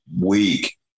week